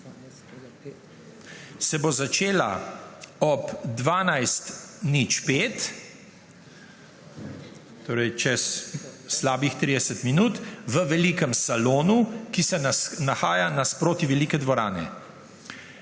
se bo začela ob 12.05, torej čez slabih 30 minut, v velikem salonu, ki se nahaja nasproti velike dvorane.